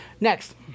Next